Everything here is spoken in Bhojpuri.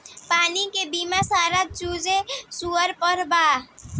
पानी के बिना सारा चीजे सुन परल बा